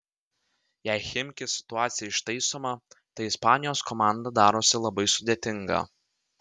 jei chimki situacija ištaisoma tai ispanijos komanda darosi labai sudėtinga